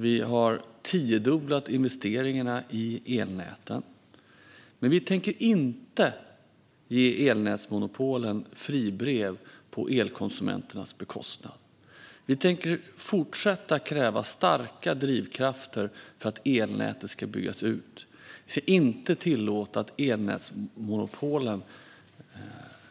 Vi har tiodubblat investeringarna i elnäten. Vi tänker dock inte ge elnätsmonopolen fribrev på elkonsumenternas bekostnad. Vi tänker fortsätta kräva starka drivkrafter för att elnätet ska byggas ut. Vi ska inte tillåta att elnätsmonopolen